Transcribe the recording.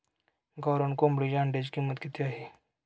गावरान कोंबडीच्या अंड्याची किंमत किती आहे?